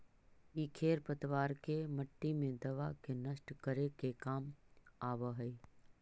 इ खेर पतवार के मट्टी मे दबा के नष्ट करे के काम आवऽ हई